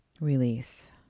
release